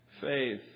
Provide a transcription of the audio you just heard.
faith